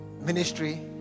ministry